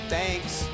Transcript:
Thanks